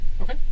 Okay